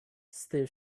still